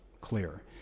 clear